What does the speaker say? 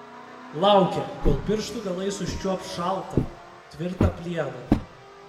laukė kol pirštų galais užčiuops šaltą tvirtą plieną